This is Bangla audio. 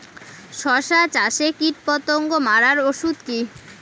শসা চাষে কীটপতঙ্গ মারার ওষুধ কি?